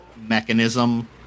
mechanism